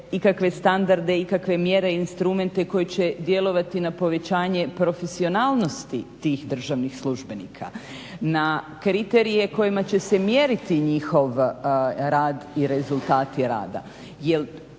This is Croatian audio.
ikakve standarde, ikakve mjere, instrumente koji će djelovati na povećanje profesionalnosti tih državnih službenika, na kriterije kojima će se mjeriti njihov rad i rezultati rada